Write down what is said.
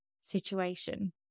situation